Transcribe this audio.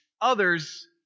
others